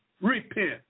repent